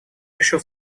решил